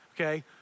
okay